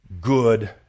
good